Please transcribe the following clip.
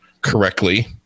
correctly